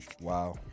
Wow